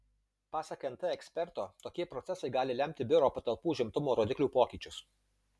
pasak nt eksperto tokie procesai gali lemti biuro patalpų užimtumo rodiklių pokyčius